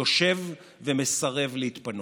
יושב ומסרב להתפנות.